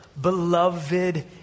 beloved